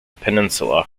peninsula